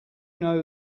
know